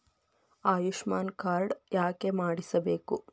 Ayushman card ಯಾಕೆ ಮಾಡಿಸಬೇಕು?